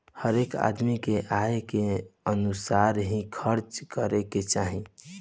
हरेक आदमी के आय के अनुसार ही खर्चा करे के चाही